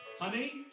Honey